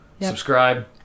subscribe